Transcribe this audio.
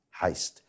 Heist